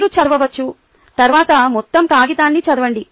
మీరు చదవచ్చు తరువాత మొత్తం కాగితాన్ని చదవండి